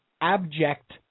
abject